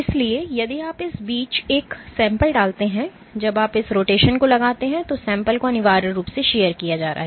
इसलिए यदि आप इस बीच एक sample डालते हैं जब आप इस रोटेशन को लगाते हैं तो sample को अनिवार्य रूप से शीयर किया जा रहा है